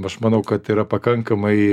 aš manau kad yra pakankamai